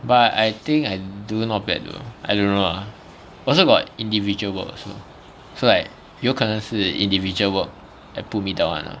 but I think I do not bad though I don't know lah also got individual work also so like 有可能是 individual work that pull me down [one] lah